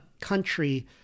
country